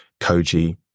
Koji